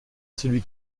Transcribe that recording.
celui